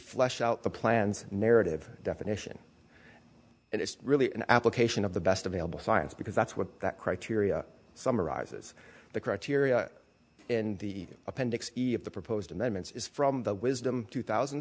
flush out the plans narrative definition and it's really an application of the best available science because that's what that criteria summarizes the criteria in the appendix of the proposed amendments is from the wisdom two thousand